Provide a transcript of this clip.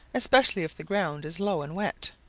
especially if the ground is low and wet.